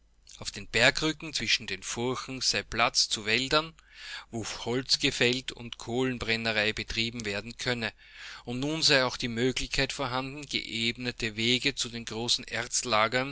auf den bergrücken zwischen den furchen sei platz zu wäldern wo holz gefällt und kohlenbrennerei betrieben werden könne und nun sei auch die möglichkeit vorhanden geebnetewegezudengroßenerzlagernindembergwerkdistriktanzulegen diesöhnefreutensich